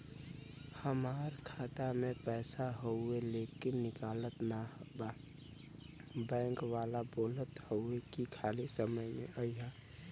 हमार खाता में पैसा हवुवे लेकिन निकलत ना बा बैंक वाला बोलत हऊवे की खाली समय में अईहा